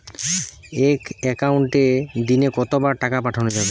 এক একাউন্টে দিনে কতবার টাকা পাঠানো যাবে?